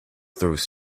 throws